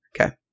Okay